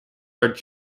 are